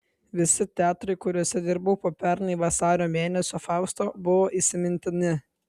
visi teatrai kuriuose dirbau po pernai vasario mėnesio fausto buvo įsimintini